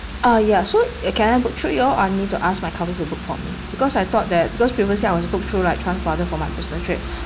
uh ya so eh can I book through you all I need to ask my company to book for me because I thought that because previously I was book through right chan brothers for my business trip